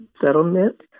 settlement